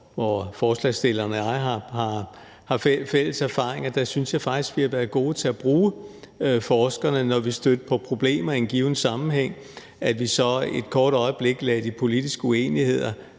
hvor forslagsstillerne og jeg har fælles erfaringer, har været gode til at bruge forskerne, når vi stødte på problemer i en given sammenhæng, og at vi så et kort øjeblik lagde de politiske uenigheder